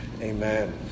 amen